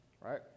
right